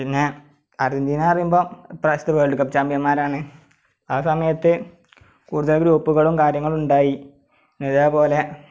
പിന്നെ അർജന്റീന പറയുമ്പോൾ ഇപ്രാവശ്യത്തെ വേൾഡ് കപ്പ് ചാമ്പ്യന്മാരാണ് ആ സമയത്ത് കൂടുതൽ ഗ്രൂപ്പുകളും കാര്യങ്ങളും ഉണ്ടായി ഇതേ പോലെ